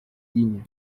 digne